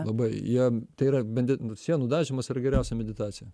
labai jie tai yra medi sienų dažymas yra geriausia meditacija